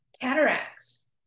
cataracts